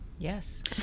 Yes